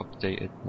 updated